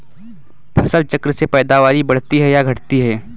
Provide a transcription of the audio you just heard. फसल चक्र से पैदावारी बढ़ती है या घटती है?